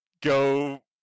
go